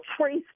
trace